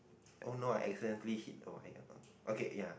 oh no I accidentally hit okay ya